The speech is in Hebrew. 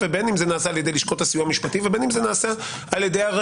ובין אם זה נעשה על ידי לשכות הסיוע המשפטי ובין אם זה